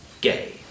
gay